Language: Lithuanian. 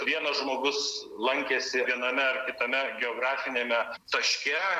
vienas žmogus lankėsi viename ar kitame geografiniame taške